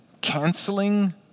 Canceling